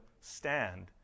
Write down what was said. stand